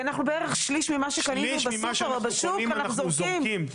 שליש ממה שקנינו בסופר או בשוק אנחנו זורקים.